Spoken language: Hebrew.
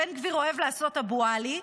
בן גביר אוהב לעשות אבו עלי.